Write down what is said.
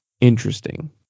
interesting